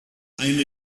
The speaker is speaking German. eine